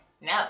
No